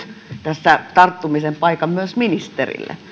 tässä tarttumisen paikan myös ministerille